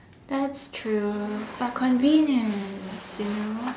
that's true for convenience you know